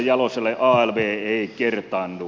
alv on kertaluonteinen